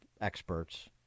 experts